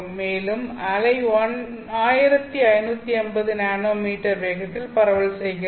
மேலும் அலை 1550 என்எம் வேகத்தில் பரவல் செய்கிறது